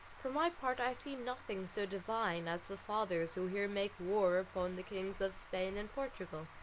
for my part i see nothing so divine as the fathers who here make war upon the kings of spain and portugal,